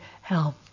help